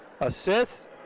assists